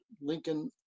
Lincoln